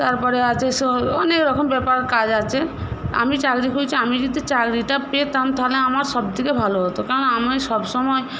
তারপরে আছে অনেক রকম ব্যাপার কাজ আছে আমি চাকরি খুঁজছি আমি যদি চাকরিটা পেতাম তাহলে আমার সব থেকে ভালো হত কারণ আমি সবসময়